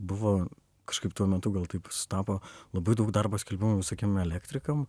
buvo kažkaip tuo metu gal taip sutapo labai daug darbo skelbimų visokiem elektrikam